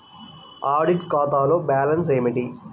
Audit ఖాతాలో balance ఏమిటీ?